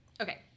Okay